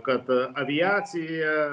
kad aviacija